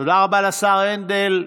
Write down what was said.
תודה רבה לשר הנדל.